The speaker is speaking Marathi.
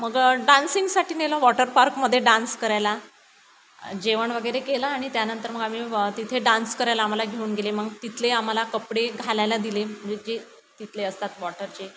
मग डान्सिंगसाठी नेलं वॉटर पार्कमध्ये डान्स करायला जेवण वगैरे केलं आणि त्यानंतर मग आम्ही व तिथे डान्स करायला आम्हाला घेऊन गेले मग तिथले आम्हाला कपडे घालायला दिले म्हणजे जे तिथले असतात वॉटरचे